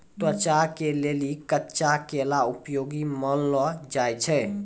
त्वचा के लेली कच्चा केला उपयोगी मानलो जाय छै